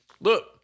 Look